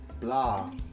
blah